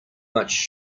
much